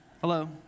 Hello